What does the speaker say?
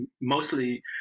mostly